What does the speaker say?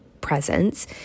presence